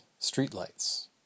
streetlights